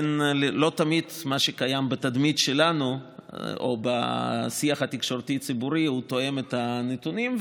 לא תמיד מה שקיים בתדמית שלנו או בשיח התקשורתי-ציבורי תואם את הנתונים.